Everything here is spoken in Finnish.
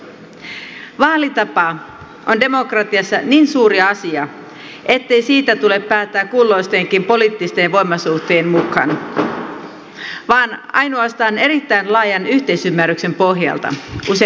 vaalitapa on demokratiassa niin suuri asia ettei siitä tule päättää kulloistenkin poliittisten voimasuhteiden mukaan vaan ainoastaan erittäin laajan yhteisymmärryksen pohjalta useamman vuoden aikana